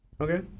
Okay